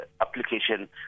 application